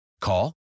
Call